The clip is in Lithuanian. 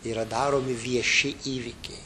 yra daromi vieši įvykiai